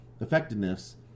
effectiveness